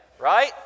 Right